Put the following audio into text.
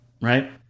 right